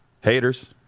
haters